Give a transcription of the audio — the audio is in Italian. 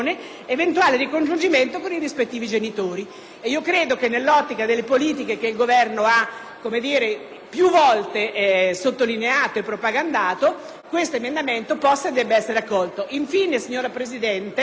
Credo che nell'ottica delle politiche che il Governo ha più volte sottolineato e propagandato tale emendamento possa e debba essere accolto. Infine, signora Presidente (gradirei che la signora Presidente mi ascoltasse,